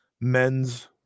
men's